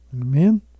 Amen